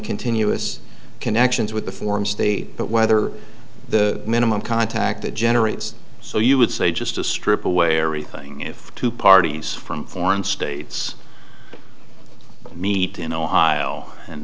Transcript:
continuous connections with the forms they but whether the minimum contact that generates so you would say just to strip away everything if two parties from foreign states meet in ohio and